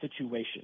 situation